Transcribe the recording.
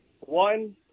One